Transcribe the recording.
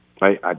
Right